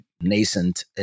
nascent